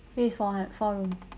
this is four hundred four room